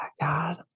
God